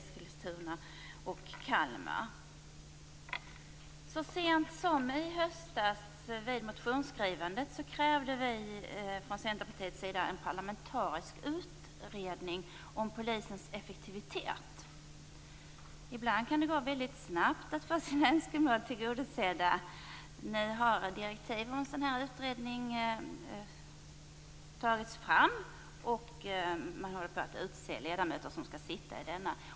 Så sent som i höstas vid motionsskrivandet krävde Ibland kan det gå väldigt snabbt att få sina önskemål tillgodosedda. Nu har direktiv för en sådan här utredning tagits fram, och man har börjat utse ledamöter som skall sitta i utredningen.